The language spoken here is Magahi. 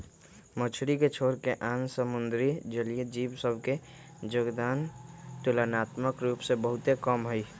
मछरी के छोरके आन समुद्री जलीय जीव सभ के जोगदान तुलनात्मक रूप से बहुते कम हइ